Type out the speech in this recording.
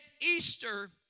Easter